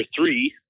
three